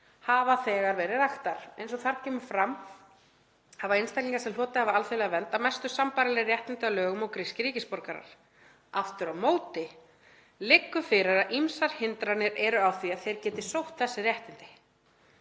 hafa þegar verið raktar. Eins og þar kemur fram hafa einstaklingar sem hlotið hafa alþjóðlega vernd að mestu sambærileg réttindi að lögum og grískir ríkisborgarar. Aftur á móti liggur fyrir að ýmsar hindranir eru á því að þeir geti sótt þessi réttindi.“